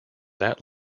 that